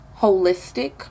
holistic